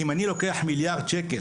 אם אני לוקח מיליארד שקל,